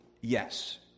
Yes